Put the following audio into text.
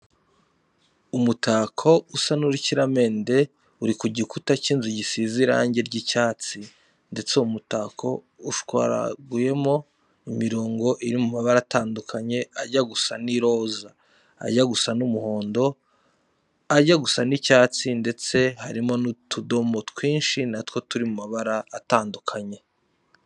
Umutako usa n'urukiramende uri ku gikuta cy'inzu gisize irange ry'icyatsi ndetse uwo mutako ushwaraguyemo imirongo iri mu mabara atandukanye; ajya gusa n'iroza, ajya gusa umuhondo, ajya gusa n'icyatsi ndetse harimo n'utudomo twinshi natwo turi mu mabara atandukanye.